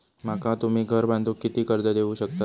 माका तुम्ही घर बांधूक किती कर्ज देवू शकतास?